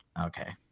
okay